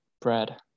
bread